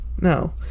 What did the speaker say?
No